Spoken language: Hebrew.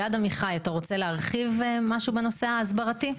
אלעד עמיחי, אתה רוצה להרחיב משהו בנושא ההסברתי?